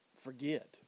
forget